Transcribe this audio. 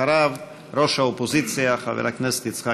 אחריו, ראש האופוזיציה חבר הכנסת יצחק